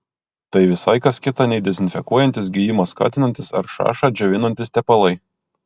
tai visai kas kita nei dezinfekuojantys gijimą skatinantys ar šašą džiovinantys tepalai